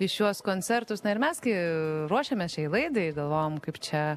į šiuos koncertus na ir mes kai ruošėmės šiai laidai galvojom kaip čia